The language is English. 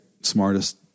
smartest